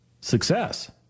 success